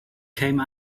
came